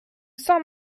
saint